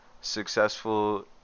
successful